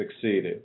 succeeded